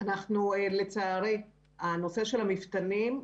הנושא של מפתנים,